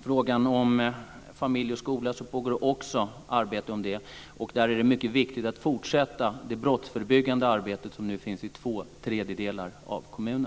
frågan om familj och skola pågår det arbete, och där är det mycket viktigt att fortsätta det brottsförebyggande arbete som nu görs i två tredjedelar av kommunerna.